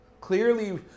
clearly